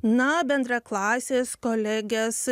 na bendraklasės kolegės